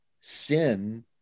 sin